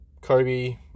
Kobe